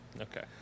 Okay